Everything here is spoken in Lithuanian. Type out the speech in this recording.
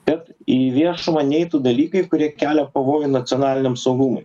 kad į viešumą neitų dalykai kurie kelia pavojų nacionaliniam saugumui